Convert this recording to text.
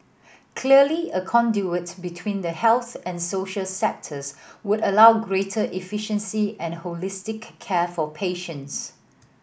clearly a conduit between the health and social sectors would allow greater efficiency and holistic care for patients